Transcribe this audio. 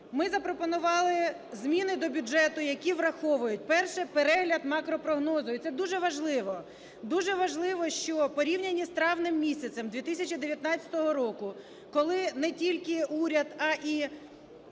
Ми запропонували зміни до бюджету, які враховують: перше – перегляд макропрогнозу і це дуже важливо. Дуже важливо, що в порівнянні з травнем місяцем 2019 року, коли не тільки уряд, а і